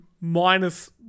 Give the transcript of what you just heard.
minus